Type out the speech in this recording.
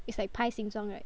it's like pie 形状 right